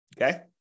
Okay